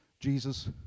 Jesus